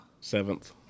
Seventh